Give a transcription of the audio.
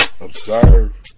Observe